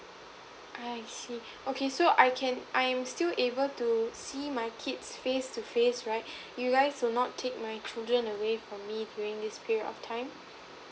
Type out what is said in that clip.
I see okay so I can I am still able to see my kids face to face right you guys will not take my children away from me during this period of time